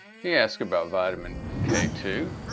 he asked about vitamin k two.